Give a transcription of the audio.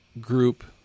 group